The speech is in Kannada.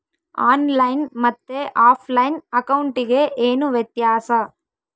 ಆನ್ ಲೈನ್ ಮತ್ತೆ ಆಫ್ಲೈನ್ ಅಕೌಂಟಿಗೆ ಏನು ವ್ಯತ್ಯಾಸ?